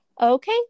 Okay